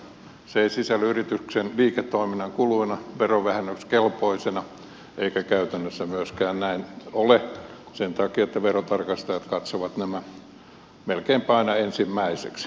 se ei sisälly yrityksen liiketoiminnan kuluina verovähennyskelpoisena eikä myöskään käytännössä näin ole sen takia että verotarkastajat katsovat nämä melkeinpä aina ensimmäiseksi